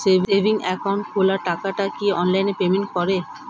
Savings account খোলা টাকাটা কি অনলাইনে পেমেন্ট করে?